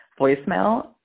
voicemail